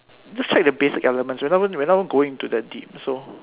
just check the basic elements we're not even we're not even going into that deep so